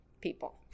people